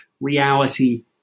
reality